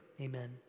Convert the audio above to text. amen